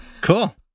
Cool